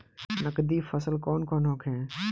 नकदी फसल कौन कौनहोखे?